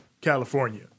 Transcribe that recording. California